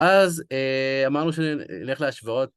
אז אמרנו שנלך להשוואות.